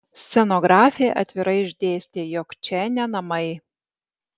scenografė atvirai išdėstė jog čia ne namai